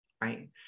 right